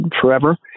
forever